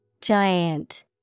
giant